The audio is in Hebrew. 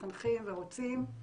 מתחנכים ורוצים,